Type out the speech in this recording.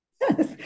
Yes